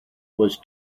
was